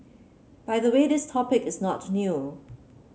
by the way this topic is not new